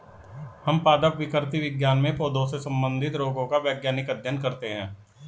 हम पादप विकृति विज्ञान में पौधों से संबंधित रोगों का वैज्ञानिक अध्ययन करते हैं